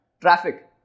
Traffic